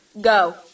Go